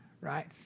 right